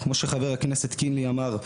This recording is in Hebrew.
כמו שחבר הכנסת קינלי אמר,